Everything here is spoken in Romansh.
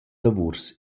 lavuors